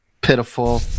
pitiful